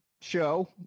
show